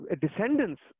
descendants